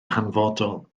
hanfodol